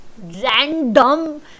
random